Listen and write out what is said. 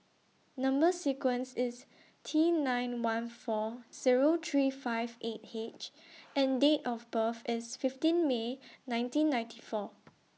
Number sequence IS T nine one four Zero three five eight H and Date of birth IS fifteen May nineteen ninety four